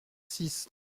six